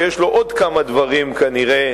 שיש לו עוד כמה דברים לעשות,